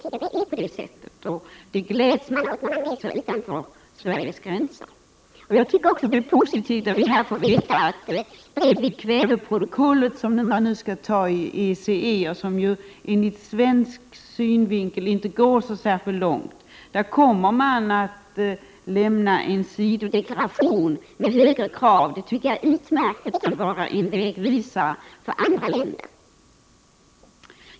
Det är på det sättet, och det gläds man åt när man reser utanför Sveriges gränser. Jag tycker också att det är positivt att här få veta att det bredvid kväveprotokollet, som man nu skall fatta beslut om i ECE och som ur svensk synvinkel inte går så särskilt långt, kommer att lämnas en sidodeklaration med högre krav. Det är utmärkt, eftersom det kan vara en vägvisare för andra länder.